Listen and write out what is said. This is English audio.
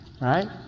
right